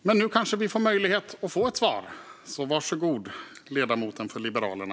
Men nu kanske vi får möjlighet att få ett svar. Var så god, ledamoten från Liberalerna!